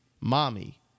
mommy